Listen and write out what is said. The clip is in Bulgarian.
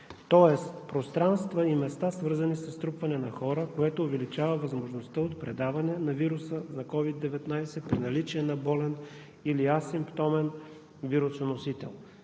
тоест пространства и места, свързани със струпване на хора, което увеличава възможността от предаване на вируса на COVID-19 при наличие на болен или асимптомен вирусоносител.